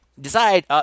decide